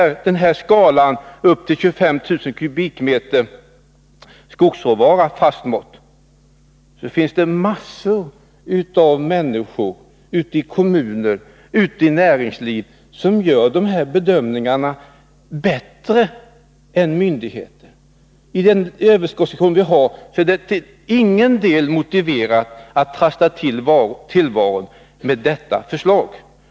skogsråvara fast mått vill jag säga att jag är alldeles övertygad om att det finns en mängd människor ute i kommunerna och i näringslivet som kan göra de här bedömningarna bättre än en myndighet. Med den överskottssituation vi har är det till ingen del motiverat att trassla till tillvaron med detta förslag.